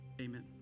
Amen